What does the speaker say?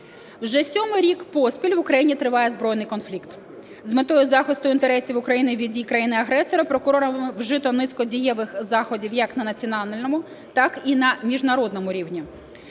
Вже сьомий рік поспіль в Україні триває збройний конфлікт. З метою захисту інтересів України від дій країни-агресора прокурорами вжито низку дієвих заходів як на національному, так і на міжнародному рівні.